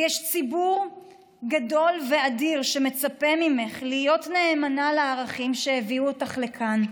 ויש ציבור שמצפה ממך להיות נאמנה לערכים שהביאו אותך לכאן.